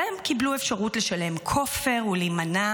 והם קיבלו אפשרות לשלם כופר ולהימנע